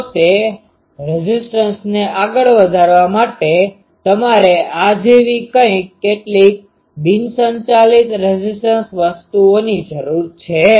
તો તે રેઝીસ્ટન્સને આગળ વધારવા માટે તમારે આ જેવી કેટલીક બિન સંચાલિત રેઝીસ્ટન્સ વસ્તુઓની જરૂર છે